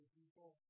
people